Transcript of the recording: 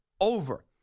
over